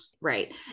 Right